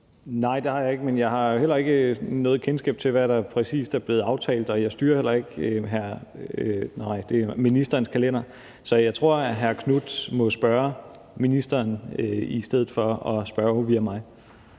Nej, det har jeg ikke, men jeg har heller ikke noget kendskab til, hvad der præcis er blevet aftalt, og jeg styrer heller ikke ministerens kalender. Så jeg tror, at hr. Marcus Knuth må spørge ministeren i stedet for at spørge via mig.